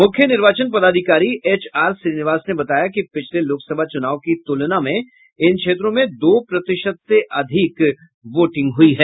मुख्य निर्वाचन पदाधिकारी एचआर श्रीनिवास ने बताया कि पिछले लोकसभा चुनाव की तुलना में इन क्षेत्रों में दो प्रतिशत से अधिक वोटिंग हुई है